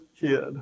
kid